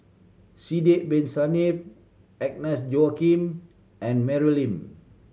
Sidek Bin Saniff Agnes Joaquim and Mary Lim